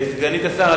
סגנית השר,